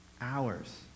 hours